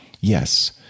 Yes